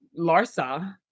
larsa